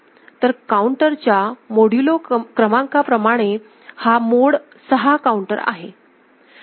तर काऊंटरच्या मॉड्युलो क्रमांका प्रमाणे हा मॉड 6 काऊंटर आहे